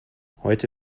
heute